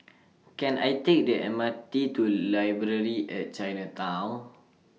Can I Take The M R T to Library At Chinatown